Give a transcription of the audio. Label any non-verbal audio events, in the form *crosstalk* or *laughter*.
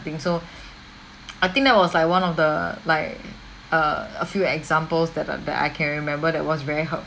think so *breath* *noise* I think that was like one of the like err a few examples that are that I can remember that was very hurtful